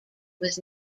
was